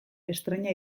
estreina